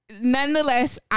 nonetheless